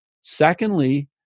Secondly